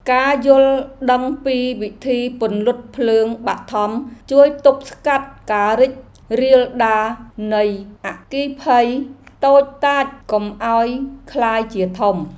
ការយល់ដឹងពីវិធីពន្លត់ភ្លើងបឋមជួយទប់ស្កាត់ការរីករាលដាលនៃអគ្គិភ័យតូចតាចកុំឱ្យក្លាយជាធំ។